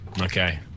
Okay